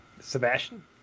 Sebastian